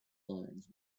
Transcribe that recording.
lines